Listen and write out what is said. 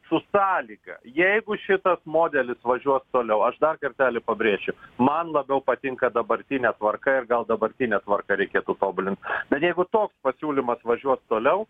su salyga jeigu šitas modelis važiuos toliau aš dar kartelį pabrėšiu man labiau patinka dabartinė tvarka ir gal dabartinę tvarką reikėtų tobulint bet jeigu toks pasiūlymas važiuos toliau